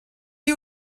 you